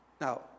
Now